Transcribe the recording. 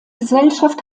gesellschaft